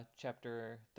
chapter